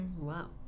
wow